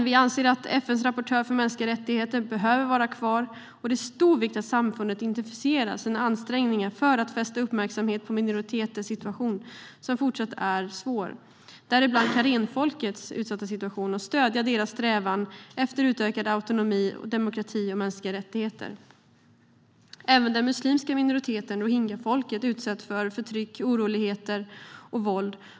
Vi anser att FN:s rapportör för mänskliga rättigheter behöver vara kvar. Det är av stor vikt att samfundet intensifierar sina ansträngningar för att fästa uppmärksamheten på minoriteternas situation, som fortfarande är svår, däribland karenfolkets utsatta situation, och stödja deras strävanden efter utökad autonomi, demokrati och mänskliga rättigheter. Även den muslimska minoriteten rohingyafolket utsätts för förtryck, oroligheter och våld.